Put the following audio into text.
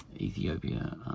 Ethiopia